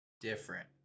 different